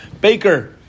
Baker